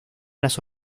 las